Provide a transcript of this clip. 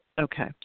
Okay